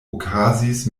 okazis